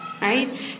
Right